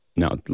Now